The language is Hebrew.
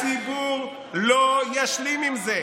הציבור לא ישלים עם זה".